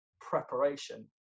preparation